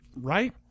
right